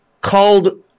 Called